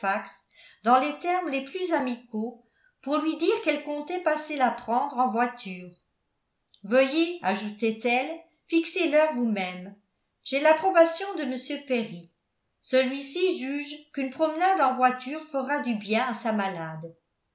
dans les termes les plus amicaux pour lui dire qu'elle comptait passer la prendre en voiture veuillez ajoutait-elle fixer l'heure vous-même j'ai l'approbation de m perry celui-ci juge qu'une promenade en voiture fera du bien à sa malade